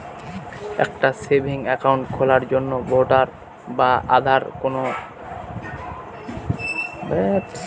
একটা savings account খোলার জন্য ভোটার বা আধার কোন নথিটি বেশী কার্যকরী?